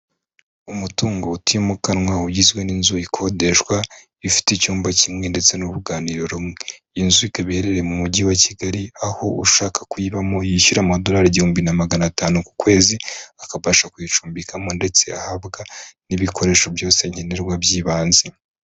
Umutungo utimukanwa ugizwe n'inzu ikodeshwa ifite icyumba kimwe ndetse n'urunganiriro rumwe, inzu ikaba iherereye mu mujyi wa Kigali aho ushaka kuyibamo yishyura amadolari igihumbi na magana atanu ku kwezi akabasha kuyicumbikamo ndetse ahabwa n'ibikoresho byose nkenerwa by'ibanze.